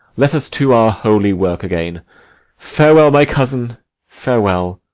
let us to our holy work again farewell, my cousin farewell,